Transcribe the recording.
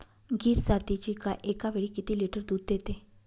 गीर जातीची गाय एकावेळी किती लिटर दूध देते?